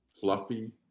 Fluffy